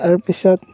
তাৰ পিছত